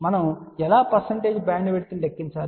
మనము ఎలా పర్సంటేజ్ బ్యాండ్విడ్త్ను లెక్కించాలి